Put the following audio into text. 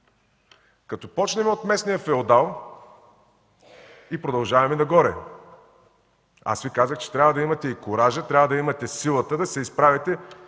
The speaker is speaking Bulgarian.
като започнем от местния феодал и продължаваме нагоре. Аз Ви казах, че трябва да имате куража, трябва да имате силата да се изправите,